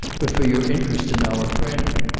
but for your interest in our friend.